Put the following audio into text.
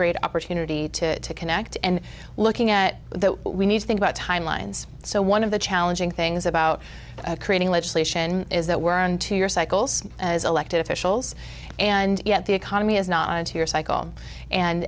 great opportunity to connect and looking at that we need to think about timelines so one of the challenging things about creating legislation is that we're on to your cycles as elected officials and yet the economy is not here cycle and